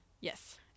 Yes